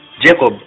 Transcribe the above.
Jacob